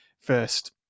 first